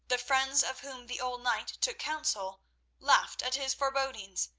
the friends of whom the old knight took counsel laughed at his forebodings.